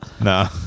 No